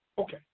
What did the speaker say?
Okay